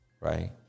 right